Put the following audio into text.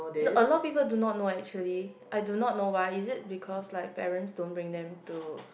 no a lot people do not know actually I do not know why is it because like parents don't bring them to